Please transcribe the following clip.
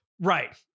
Right